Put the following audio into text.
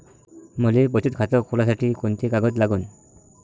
मले बचत खातं खोलासाठी कोंते कागद लागन?